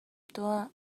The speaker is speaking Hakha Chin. tuah